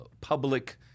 public